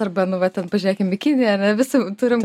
arba nu va ten pažiūrėkim į kiniją ar ne visi turim